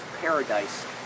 paradise